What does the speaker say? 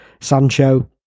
Sancho